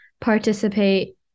participate